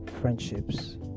friendships